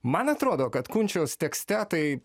man atrodo kad kunčiaus tekste tai